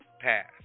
pass